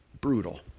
brutal